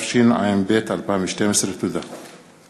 התשע"ב 2012. תודה.